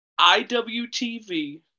IWTV